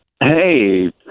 Hey